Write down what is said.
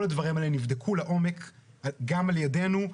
כל הדברים האלה נבדקו לעומק גם על ידינו,